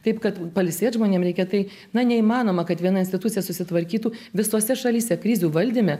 taip kad pailsėt žmonėm reikia tai na neįmanoma kad viena institucija susitvarkytų visose šalyse krizių valdyme